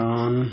on